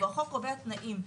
החוק קובע תנאים,